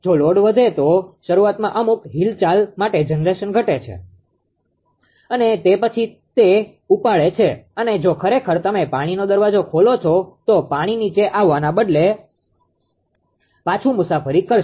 જો લોડ વધે તો શરૂઆતમાં અમુક હિલચાલ માટે જનરેશન ઘટે છે અને તે પછીથી તે ઉપાડે છે અને જો ખરેખર તમે પાણીનો દરવાજો ખોલો છો તો પાણી નીચે આવવાના બદલે પાછું મુસાફરી કરશે